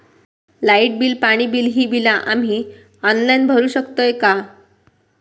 Light bill, पाणी bill, ही बिला आम्ही ऑनलाइन भरू शकतय का?